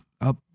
up